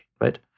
right